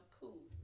cool